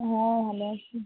হ্যাঁ ভালো আছি